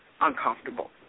uncomfortable